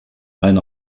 allen